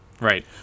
Right